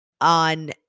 on